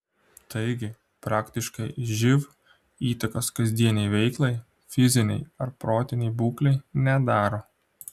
taigi praktiškai živ įtakos kasdienei veiklai fizinei ar protinei būklei nedaro